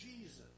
Jesus